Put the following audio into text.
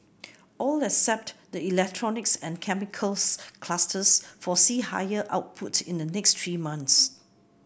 all except the electronics and chemicals clusters foresee higher output in the next three months